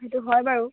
সেইটো হয় বাৰু